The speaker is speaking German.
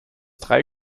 drei